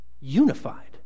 unified